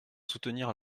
soutenir